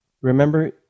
remember